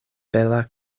bela